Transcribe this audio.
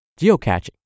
Geocaching